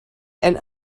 and